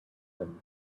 him